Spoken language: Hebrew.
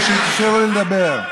ושיאפשרו לי לדבר.